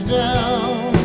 down